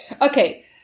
Okay